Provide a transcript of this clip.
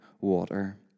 water